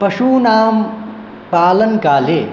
पशूनां पालनकाले